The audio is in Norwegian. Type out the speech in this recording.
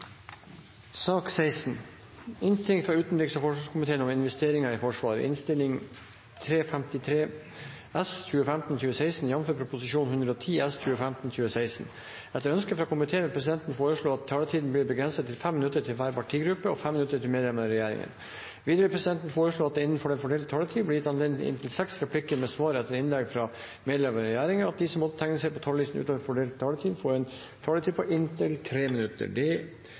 sak nr. 16. Etter ønske fra utenriks- og forsvarskomiteen vil presidenten foreslå at taletiden blir begrenset til 5 minutter til hver partigruppe og 5 minutter til medlemmer av regjeringen. Videre vil presidenten foreslå at det – innenfor den fordelte taletid – blir gitt anledning til replikkordskifte på inntil seks replikker med svar etter innlegg fra medlemmer av regjeringen, og at de som måtte tegne seg på talerlisten utover den fordelte taletid, får en taletid på inntil 3 minutter.